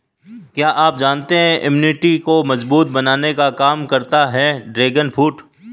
क्या आप जानते है इम्यूनिटी को मजबूत बनाने का काम करता है ड्रैगन फ्रूट?